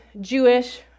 Jewish